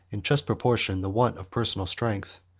in just proportion, the want of personal strength.